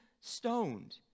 stoned